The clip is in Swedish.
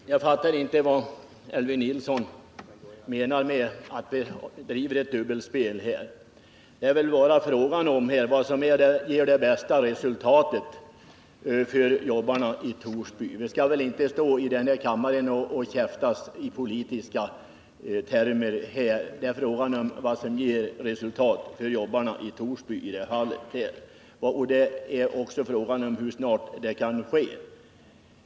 Herr talman! Jag fattar inte vad Elvy Nilsson menar med att vi driver ett dubbelspel. Det är väl bara fråga om vad som ger det bästa resultatet för jobbarna i Torsby. Vi skall inte stå här i kammaren och käfta i politiska termer om denna fråga — det gäller vad som ger resultat för jobbarna i Torsby. Det är också fråga om hur snart det kan ske.